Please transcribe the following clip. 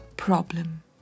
problem